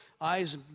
eyes